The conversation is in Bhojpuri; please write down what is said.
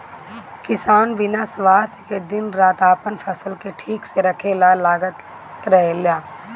किसान बिना स्वार्थ के दिन रात आपन फसल के ठीक से रखे ला लागल रहेला